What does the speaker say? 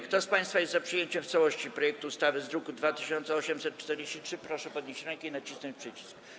Kto z państwa jest za przyjęciem w całości projektu ustawy z druku nr 2843, proszę podnieść rękę i nacisnąć przycisk.